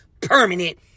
permanent